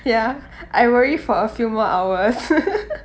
ya I worry for a few more hours